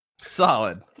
Solid